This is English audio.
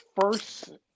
first